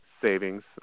savings